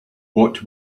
what